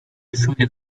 gefühle